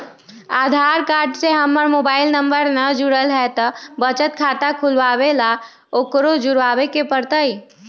आधार card से हमर mobile number न जुरल है त बचत खाता खुलवा ला उकरो जुड़बे के पड़तई?